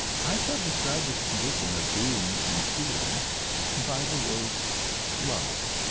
i shall describe this condition of being and feeling by the word love.